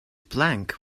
plank